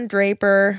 Draper